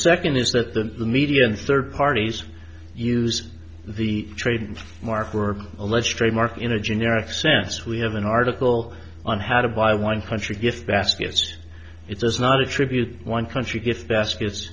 second is that the media and third parties use the trade mark were alleged trademark in a generic sense we have an article on how to buy wine country gift baskets it does not attribute one country gift baskets